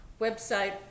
website